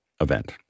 event